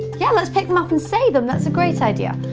yeah let's pick them up and say them, that's a great idea.